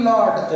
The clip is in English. Lord